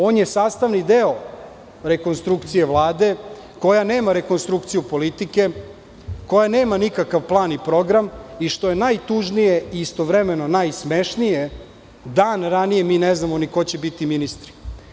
On je sastavni deo rekonstrukcije Vlade koja nema rekonstrukciju politike, koja nema nikakav plan i program i, što je najtužnije i istovremeno najsmešnije, dan ranije mi ne znamo ni ko će biti ministri.